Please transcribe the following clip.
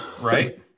right